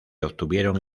obtuvieron